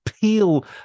peel